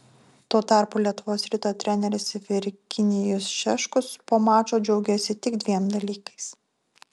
tuo tarpu lietuvos ryto treneris virginijus šeškus po mačo džiaugėsi tik dviem dalykais